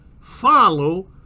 follow